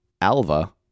Alva